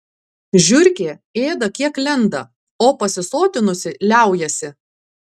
žiurkė ėda kiek lenda o pasisotinusi liaujasi